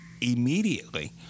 immediately